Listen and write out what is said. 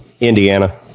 Indiana